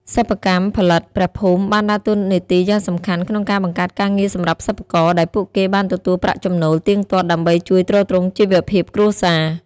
សិប្បកម្មផលិតព្រះភូមិបានដើរតួនាទីយ៉ាងសំខាន់ក្នុងការបង្កើតការងារសម្រាប់សិប្បករ ដែលពួកគេបានទទួលប្រាក់ចំណូលទៀងទាត់ដើម្បីជួយទ្រទ្រង់ជីវភាពគ្រួសារ។